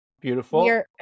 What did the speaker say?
Beautiful